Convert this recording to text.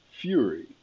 fury